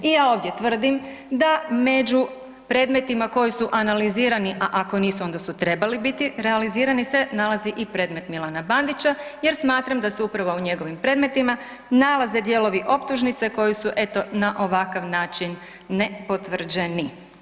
I ja ovdje tvrdim da među predmetima koji su analizirani, a ako nisu onda su trebali biti realizirani se nalazi i predmet Milana Bandića jer smatram da se upravo u njegovim predmetima nalaze dijelovi optužnice koji su eto na ovakav način nepotvrđeni.